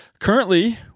Currently